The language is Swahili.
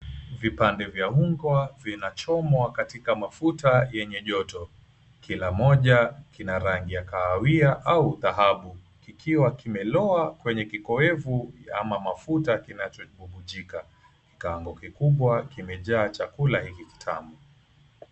Vipande vya unga vinachomwa katika mafuta yenye joto. Kila moja kina rangi ya kahawia au dhahabu kikiwa kimeloa kwenye kikowevu ama mafuta kinachobubujika. Kikaango kikubwa kimejaa chakula hiki kitamu.